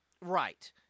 Right